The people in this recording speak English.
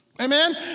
Amen